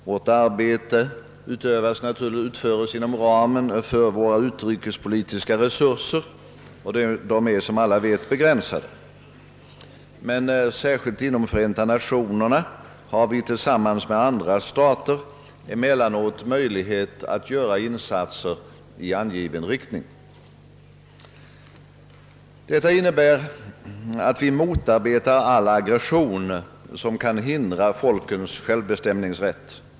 Vårt arbete härpå utföres inom ramen för våra utrikespolitiska resurser, och de är, som alla vet, begränsade, men särskilt inom Förenta Nationerna har vi emellanåt möjlighet att tillsammans med andra stater göra insatser i angiven riktning. Detta innebär att vi motarbetar all utländsk aggression som kan hindra folkens självbestämningsrätt.